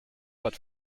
but